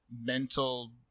mental